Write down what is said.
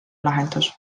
lahendus